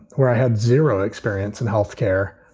where i had zero experience in healthcare.